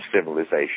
civilization